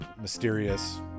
mysterious